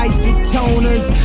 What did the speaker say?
Isotoners